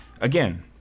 again